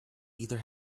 either